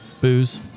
Booze